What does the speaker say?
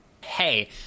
hey